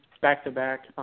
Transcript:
back-to-back